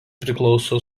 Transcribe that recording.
priklauso